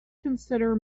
consider